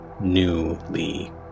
newly